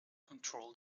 control